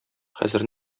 хәзер